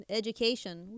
education